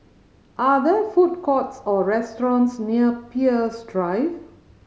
are there food courts or restaurants near Peirce Drive